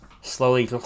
slowly